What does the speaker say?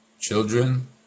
children